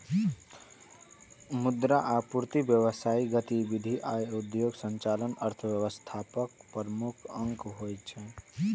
मुद्रा आपूर्ति, व्यावसायिक गतिविधि आ उद्योगक संचालन अर्थव्यवस्थाक प्रमुख अंग होइ छै